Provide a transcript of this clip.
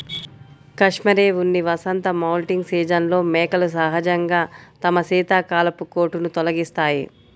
cashmere ఉన్ని వసంత moulting సీజన్లో మేకలు సహజంగా తమ శీతాకాలపు కోటును తొలగిస్తాయి